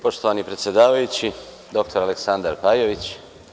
Poštovani predsedavajući, dr Aleksandar Pajović.